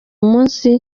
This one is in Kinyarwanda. munsi